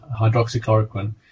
hydroxychloroquine